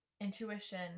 intuition